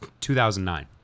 2009